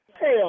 Hell